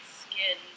skin